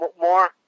more